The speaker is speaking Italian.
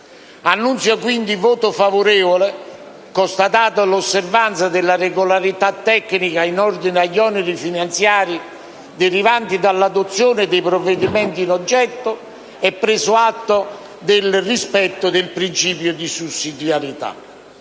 quindi il nostro voto favorevole, constatata l'osservanza della regolarità tecnica in ordine agli oneri finanziari derivanti dall'adozione dei provvedimenti in oggetto e preso atto del rispetto del principio di sussidiarietà.